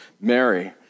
Mary